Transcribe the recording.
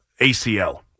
ACL